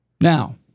Now